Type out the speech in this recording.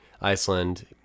Iceland